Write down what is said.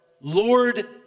Lord